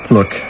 Look